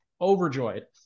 overjoyed